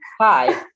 Hi